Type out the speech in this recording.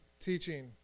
teaching